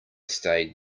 stayed